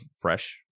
fresh